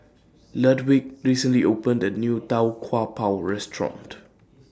Ludwig recently opened A New Tau Kwa Pau Restaurant